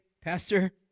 Pastor